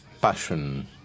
passion